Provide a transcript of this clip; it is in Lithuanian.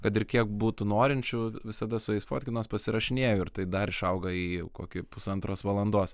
kad ir kiek būtų norinčių visada su jais fotkinuos pasirašinėju ir tai dar išauga į kokį pusantros valandos